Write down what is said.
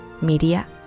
media